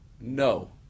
no